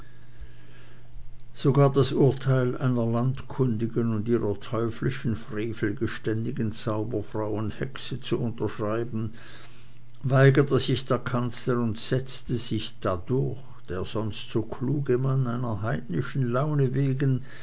sogar das urteil einer landkundigen und ihrer teuflischen frevel geständigen zauberfrau und hexe zu unterschreiben weigerte sich der kanzler und setzte sich dadurch der sonst so kluge mann einer heidnischen laune wegen